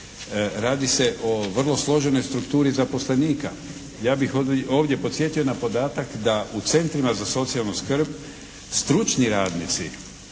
Radi se o vrlo složenoj strukturi zaposlenika. Ja bih ovdje podsjetio na podatak da u centrima za socijalnu skrb stručni radnici